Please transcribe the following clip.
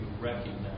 recognize